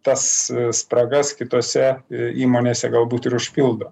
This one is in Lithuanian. tas spragas kitose įmonėse galbūt ir užpildo